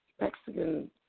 Mexican